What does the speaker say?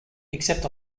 except